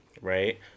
right